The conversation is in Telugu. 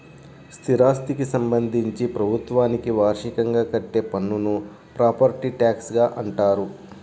స్థిరాస్థికి సంబంధించి ప్రభుత్వానికి వార్షికంగా కట్టే పన్నును ప్రాపర్టీ ట్యాక్స్గా అంటారు